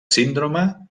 síndrome